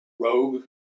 rogue